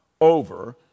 over